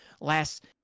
last